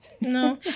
no